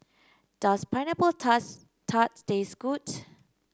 does pineapple tars tart taste good